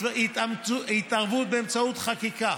התערבות באמצעות חקיקה